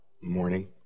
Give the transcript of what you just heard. morning